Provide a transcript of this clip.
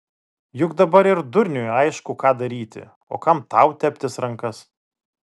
juk dabar ir durniui aišku ką daryti o kam tau teptis rankas